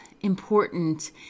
important